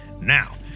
Now